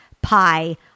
pie